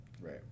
right